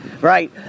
right